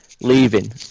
leaving